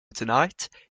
tonight